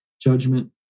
judgment